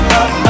up